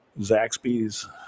Zaxby's